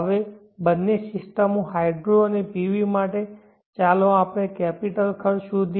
હવે બંને સિસ્ટમો હાઇડ્રો અને PV માટે ચાલો આપણે કેપિટલ ખર્ચ શોધીએ